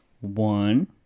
One